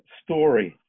story